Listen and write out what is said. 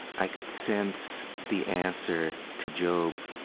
i could sense the answer to job,